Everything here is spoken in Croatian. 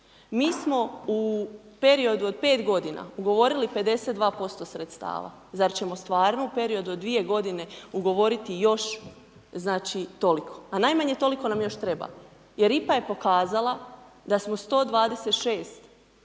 Mi smo u periodu od 5 godina, ugovorili 52% sredstava, zar ćemo stvarno u periodu od 2 godine ugovoriti još, znači, toliko?, a najmanje toliko nam još treba, jer IPA je pokazala da smo 126%